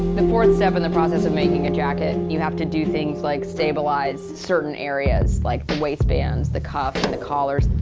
the fourth step in the process of making a jacket, you have to do things like stabilize certain areas like the waistbands, the cuffs, and the collars,